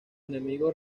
enemigos